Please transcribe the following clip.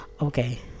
okay